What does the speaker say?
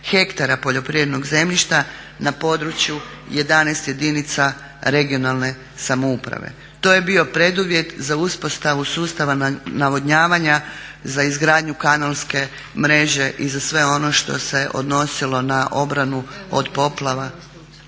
hektara poljoprivrednog zemljišta na području 11 jedinica regionalne samouprave. To je bio preduvjet za uspostavu sustava navodnjavanja, za izgradnju kanalske mreže i za sve on što se odnosilo na obranu od poplava